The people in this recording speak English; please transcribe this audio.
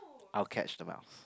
I'll catch the mouse